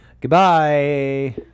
Goodbye